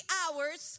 hours